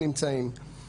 או הטרדה מינית.